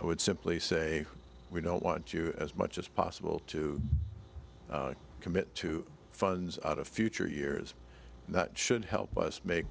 would simply say we don't want you as much as possible to commit to funds out of future years and that should help us make